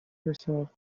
herself